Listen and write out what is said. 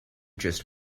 just